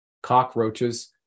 cockroaches